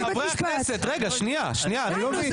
חברי הכנסת, רגע, אני לא מבין.